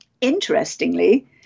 Interestingly